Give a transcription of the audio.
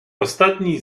ostatni